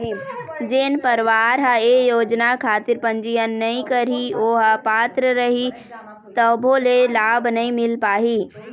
जेन परवार ह ये योजना खातिर पंजीयन नइ करही ओ ह पात्र रइही तभो ले लाभ नइ मिल पाही